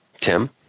Tim